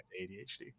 adhd